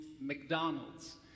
McDonald's